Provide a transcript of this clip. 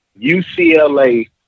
UCLA